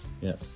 yes